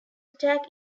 attack